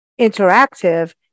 interactive